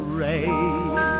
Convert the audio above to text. rain